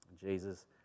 Jesus